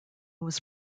was